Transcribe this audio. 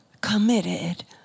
committed